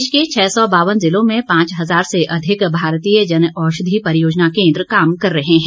देश के छह सौ बावन जिलों में पांच हजार से अधिक भारतीय जन औषधि परियोजना कोन्द्र काम कर रहे हैं